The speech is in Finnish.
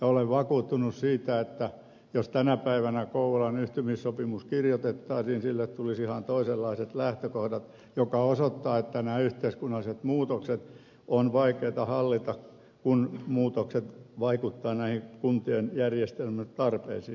olen vakuuttunut siitä että jos tänä päivänä kouvolan yhtymissopimus kirjoitettaisiin sille tulisi ihan toisenlaiset lähtökohdat mikä osoittaa että nämä yhteiskunnalliset muutokset ovat vaikeita hallita kun muutokset vaikuttavat näihin kuntien järjestelmätarpeisiin